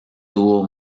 tuvo